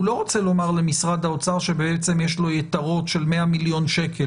הוא לא רוצה לומר למשרד האוצר שבעצם יש לו יתרות של 100 מיליון שקלים